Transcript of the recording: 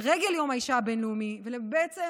לרגל יום האישה הבין-לאומי, ובעצם